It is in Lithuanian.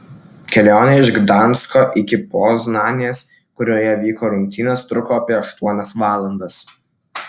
kelionė iš gdansko iki poznanės kurioje vyko rungtynės truko apie aštuonias valandas